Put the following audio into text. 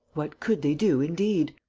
what could they do indeed?